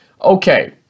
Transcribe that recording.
Okay